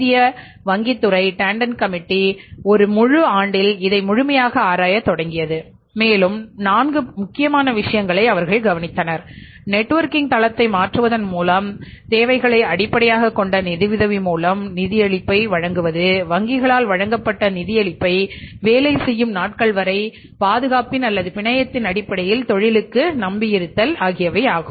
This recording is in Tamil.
இந்திய வங்கித் துறை டேண்டன் கமிட்டி 1 முழு ஆண்டில் இதை முழுமையாக ஆராயத் தொடங்கியது மேலும் நான்கு முக்கியமான விஷயங்களை அவர்கள் கவனித்தனர் நெட்வொர்க்கிங் தளத்தை மாற்றுவதன் மூலம் தேவைகளை அடிப்படையாகக் கொண்ட நிதியுதவி மூலம் நிதியளிப்பை வழங்குவது வங்கிகளால் வழங்கப்பட்ட நிதியளிப்பை வேலை செய்யும் நாட்கள் வரை பாதுகாப்பின் அல்லது பிணையத்தின் அடிப்படையில் தொழிலுக்கு நம்பியிருத்தல் ஆகியவை ஆகும்